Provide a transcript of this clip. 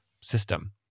system